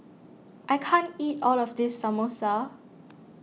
I can't eat all of this Samosa